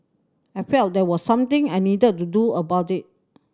I felt there was something I needed to do about it